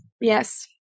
Yes